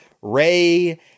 Ray